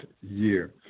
year